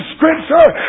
Scripture